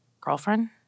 girlfriend